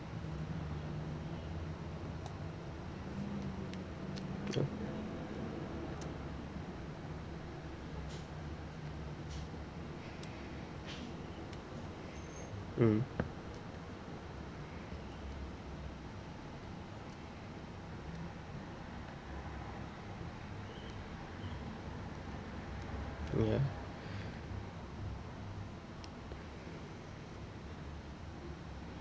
mm ya